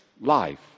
Life